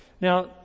Now